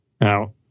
Now